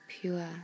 pure